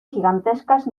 gigantescas